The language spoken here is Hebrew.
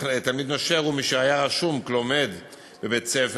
תלמיד נושר הוא מי שהיה רשום כלומד בבית-הספר,